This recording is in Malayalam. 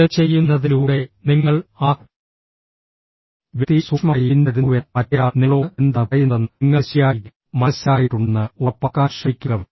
ഇത് ചെയ്യുന്നതിലൂടെ നിങ്ങൾ ആ വ്യക്തിയെ സൂക്ഷ്മമായി പിന്തുടരുന്നുവെന്ന് മറ്റേയാൾ നിങ്ങളോട് എന്താണ് പറയുന്നതെന്ന് നിങ്ങൾക്ക് ശരിയായി മനസ്സിലായിട്ടുണ്ടെന്ന് ഉറപ്പാക്കാൻ ശ്രമിക്കുക